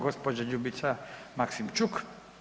Gospođa Ljubica Maksimčuk.